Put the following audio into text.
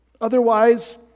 Otherwise